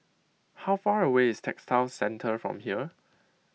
how far away is Textile Centre from here